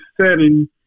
setting